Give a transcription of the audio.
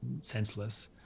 senseless